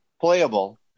playable